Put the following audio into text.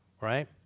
right